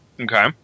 Okay